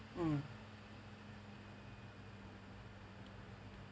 mm